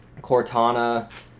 Cortana